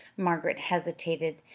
margaret hesitated.